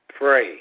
pray